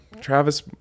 travis